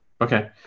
Okay